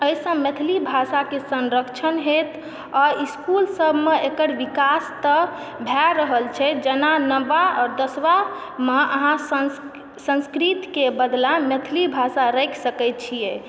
एहिसँ मैथिली भाषाकेँ संरक्षण हेतु आ इस्कूल सभमे एकर विकास तऽ भए रहल छै जेना नओमा वा दशमा अहाँ संस्कृतके बदला मैथिली भाषा राखि सकैत छियै